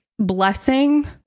blessing